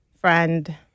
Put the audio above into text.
friend